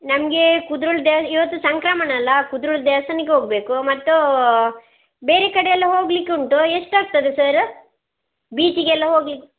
ನಮಗೆ ಕುದ್ರೋಳಿ ದೇವ ಇವತ್ತು ಸಂಕ್ರಮಣ ಅಲ್ಲ ಕುದ್ರೋಳಿ ದೇವಸ್ಥಾನಕ್ಕೆ ಹೋಗಬೇಕು ಮತ್ತು ಬೇರೆ ಕಡೆಯೆಲ್ಲಾ ಹೋಗ್ಲಿಕ್ಕೆ ಉಂಟು ಎಷ್ಟಾಗ್ತದೆ ಸರ್ ಬೀಚಿಗೆಲ್ಲಾ ಹೋಗ್ಲಿಕ್ಕೆ